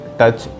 touch